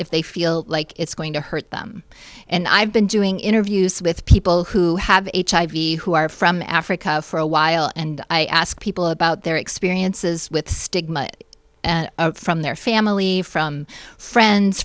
if they feel like it's going to hurt them and i've been doing interviews with people who have hiv who are from africa for a while and i ask people about their experiences with stigma from their family from friends